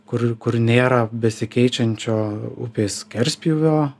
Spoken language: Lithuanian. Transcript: kur kur nėra besikeičiančio upės skerspjūvio